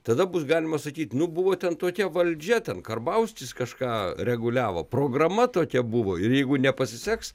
tada bus galima sakyt nu buvo ten tokia valdžia ten karbauskis kažką reguliavo programa tokia buvo ir jeigu nepasiseks